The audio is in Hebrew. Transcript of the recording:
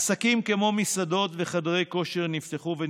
עסקים כמו מסעדות וחדרי כושר נפתחו ונסגרו,